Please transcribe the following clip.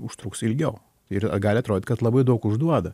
užtruks ilgiau ir gali atrodyt kad labai daug užduoda